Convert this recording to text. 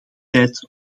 tijd